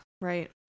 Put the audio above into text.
Right